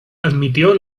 admitió